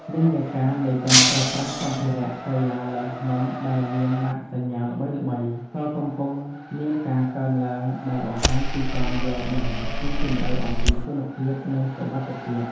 និន្នាការនៃការប្រើប្រាស់សម្ភារៈកីឡាឡើងភ្នំដែលមានម៉ាកសញ្ញាល្បីៗ ក៏កំពុងមានការកើនឡើងដែលបង្ហាញពីការយល់ដឹងស៊ីជម្រៅអំពីគុណភាព និងសុវត្ថិភាព។